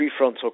prefrontal